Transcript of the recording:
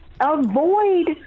Avoid